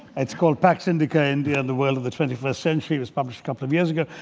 it's called pax indica, india and the world of the twenty first century. it was published a couple of years ago.